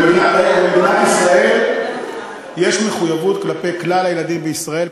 במדינת ישראל יש מחויבות כלפי כלל הילדים בישראל,